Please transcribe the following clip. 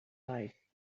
life